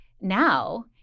now